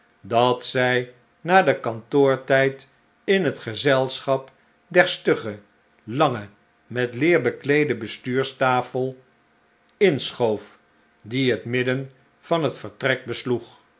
dat zij na den kantoortijd in het gezelschap der stugge lange met leer bekleede bestuurstafel inschoof die het midden van het vertrek besloeg